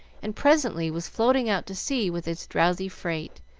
and presently was floating out to sea with its drowsy freight,